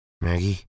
Maggie